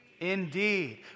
Indeed